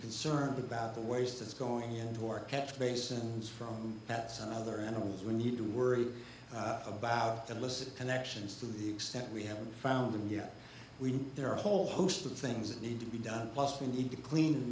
concerned about the waste is going into our catch basins from that some other animals we need to worry about illicit connections to the extent we haven't found them yet we there are a whole host of things that need to be done plus we need to clean and